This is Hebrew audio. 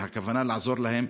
והכוונה לעזור להם,